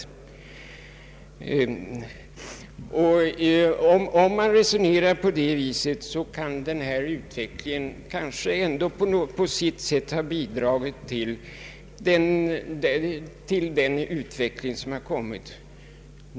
Om man resonerar på det viset kan kanske ändå denna minskning av antalet förtroendeuppdrag på sitt sätt ha bidragit till den utveckling som skett.